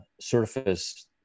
surface